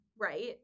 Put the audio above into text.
right